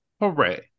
Hooray